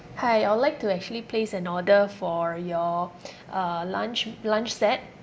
hi I would like to actually place an order for your uh lunch lunch set